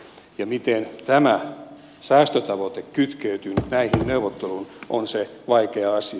se miten tämä säästötavoite kytkeytyy nyt näihin neuvotteluihin on se vaikea asia